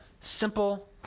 simple